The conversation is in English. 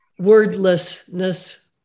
wordlessness